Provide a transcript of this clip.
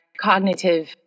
cognitive